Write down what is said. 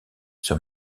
sur